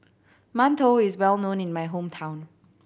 mantou is well known in my hometown